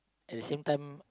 at the same time